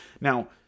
Now